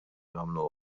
jagħmlu